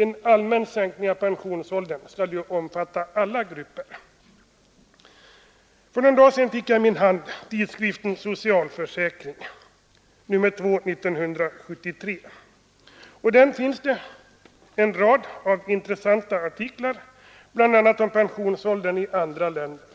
En allmän sänkning av pensionsåldern skall ju om fatta alla grupper. För någon dag sedan fick jag i min hand tidskriften Socialförsäkring, nr 2 år 1973. Där finns en rad intressanta artiklar, bl.a. om pensionsåldern i andra länder.